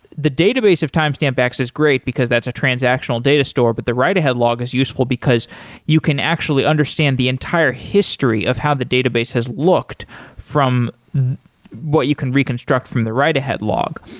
the database of timestamp x is great because that's a transactional data store, but the write-ahead log is useful because you can actually understand the entire history of how the database has looked from what you can reconstruct from the write-ahead log.